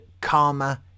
Karma